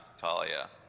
Talia